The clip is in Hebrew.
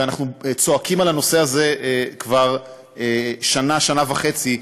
אנחנו צועקים על הנושא הזה כבר כשנה וחצי.